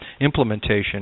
implementation